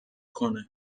کنه